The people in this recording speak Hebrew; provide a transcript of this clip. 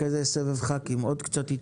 אחרי זה סבב חברי כנסת, תתאפקו עוד קצת.